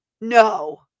No